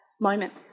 moment